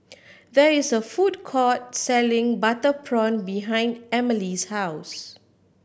there is a food court selling butter prawn behind Amelie's house